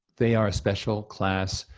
they are a special class,